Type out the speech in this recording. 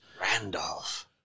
Randolph